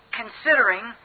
considering